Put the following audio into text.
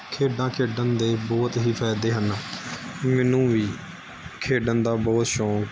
ਖੇਡਾਂ ਖੇਡਣ ਦੇ ਬਹੁਤ ਹੀ ਫਾਇਦੇ ਹਨ ਮੈਨੂੰ ਵੀ ਖੇਡਣ ਦਾ ਬਹੁਤ ਸ਼ੌਕ